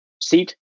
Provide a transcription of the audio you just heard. seat